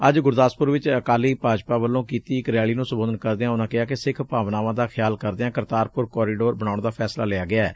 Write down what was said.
ੱਜ ਗੁਰਦਾਸਪੁਰ ਵਿਚ ਅਕਾਲੀ ਭਾਜਪਾ ਵਲੋਂ ਕੀਤੀ ਇਕ ਰੈਲੀ ਨੂੰ ਸੰਬੋਧਨ ਕਰਦਿਆਂ ਉਨਾਂ ਕਿਹਾ ਕਿ ਸਿੱਖ ਭਾਵਨਾਵਾਂ ਦਾ ਖਿਆਲ ਕਰਦਿਆਂ ਕਰਤਾਰਪੁਰ ਕੋਰੀਡੋਰ ਬਣਾਉਣ ਦਾ ਫੈਸਲਾ ਲਿਆ ਗਿਐਂ